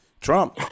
Trump